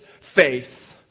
faith